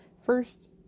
First